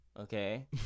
Okay